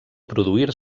produir